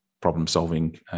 problem-solving